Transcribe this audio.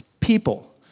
people